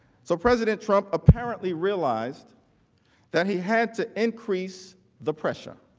so, president trump apparently realized that he had to increase the pressure.